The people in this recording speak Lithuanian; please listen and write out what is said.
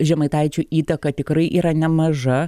žemaitaičio įtaka tikrai yra nemaža